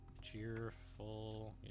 cheerful